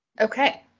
Okay